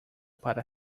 para